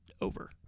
over